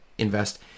invest